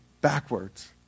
backwards